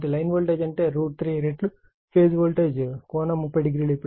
కాబట్టి line voltage అంటే 3 రెట్లు ఫేజ్ వోల్టేజ్ కోణం 300